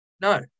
No